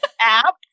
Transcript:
app